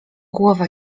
głowa